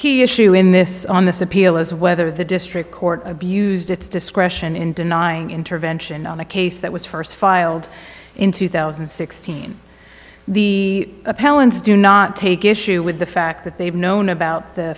key issue in this on this appeal is whether the district court abused its discretion in denying intervention on a case that was first filed in two thousand and sixteen the appellant's do not take issue with the fact that they've known about the